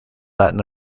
latin